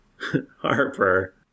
Harper